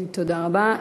תודה רבה.